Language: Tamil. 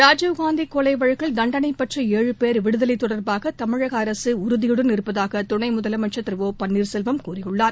ராஜீவ்காந்தி கொலை வழக்கில் தண்டனை பெற்ற ஏழு போ் விடுதலை தொடர்பாக தமிழக அரசு உறுதியுடன் இருப்பதாக துணை முதலமைச்ச் திரு ஓ பன்னீர் செல்வம் கூறியுள்ளார்